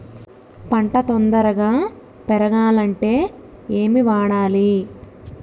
పంట తొందరగా పెరగాలంటే ఏమి వాడాలి?